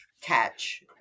catch